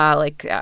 um like, yeah